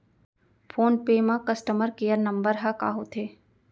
Phone पे म customer care number ह का होथे?